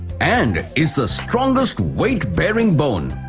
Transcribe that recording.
and is the strongest weight bearing bone.